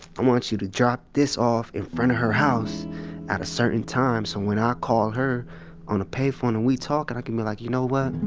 i want you to drop this off in front of her house at a certain time, so when i call her on the payphone and we talk, and i can be like, you know what?